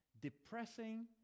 depressing